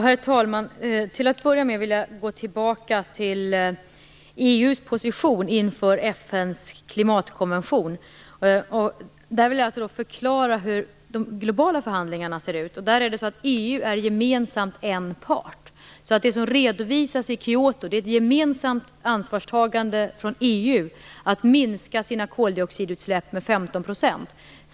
Herr talman! Till att börja med vill jag gå tillbaka till EU:s position inför FN:s klimatkonvention. Jag vill förklara hur de globala förhandlingarna ser ut. EU är gemensamt en part. Det som redovisas i Kyoto är ett gemensamt ansvarstagande från EU att minska sina koldioxidutsläpp med 15 %.